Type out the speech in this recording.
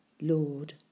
Lord